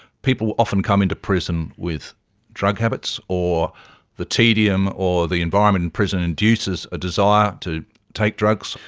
people often come into prison with drug habits, or the tedium or the environment in prison introduces a desire to take drugs.